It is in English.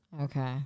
Okay